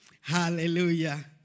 Hallelujah